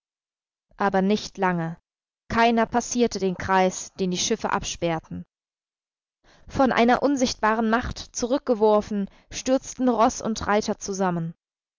aber nicht lange keiner passierte den kreis den die schiffe absperrten von einer unsichtbaren macht zurückgeworfen stürzten roß und reiter zusammen